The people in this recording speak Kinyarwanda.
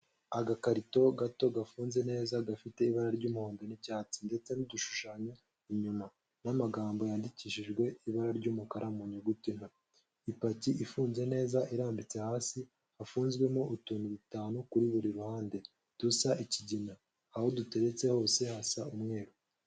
Agakarito gato gafunze neza gafite ibara ry'umuhondo n'icyatsi ndetse n'udushushanyo inyuma n'amagambo yandikishijwe ibara ry'umukara mu nyuguti nto, ipaki ifunze neza irambitse hasi, hafunzwemo utuntu dutanu kuri buri ruhande dusa ikigina, aho duteretse hose hasa umweru.